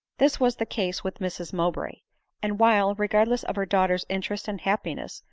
this was the case with mrs mowbray and while, regardless of her daughter's interest and happiness,